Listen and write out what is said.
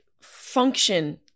function